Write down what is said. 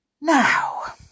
Now